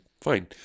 Fine